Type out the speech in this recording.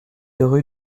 rue